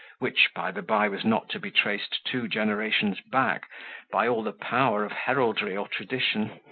which, by the bye, was not to be traced two generations back by all the power of heraldry or tradition.